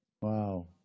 Wow